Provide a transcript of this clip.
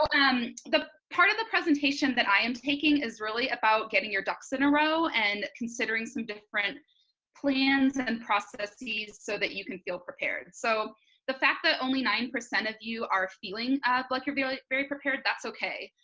um the part of the presentation that i am taking is really about getting your ducks in a row and considering some different plans and processes so that you can feel prepared. so the fact that only nine percent of you are feeling like you're being very prepared, that's okay.